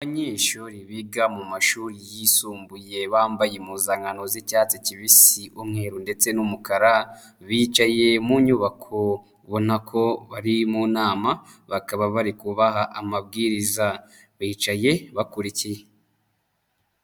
Abanyeshuri biga mu mashuri yisumbuye bambaye impuzankano z'icyatsi kibisi, umweru ndetse n'umukara bicaye mu nyubako ubona ko bari mu nama bakaba bari kubaha amabwiriza bicaye bakurikiye.